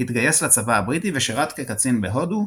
התגייס לצבא הבריטי ושירת כקצין בהודו,